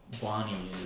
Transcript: Bonnie